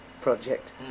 project